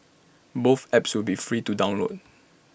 both apps will be free to download